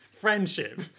Friendship